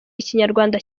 ikinyarwanda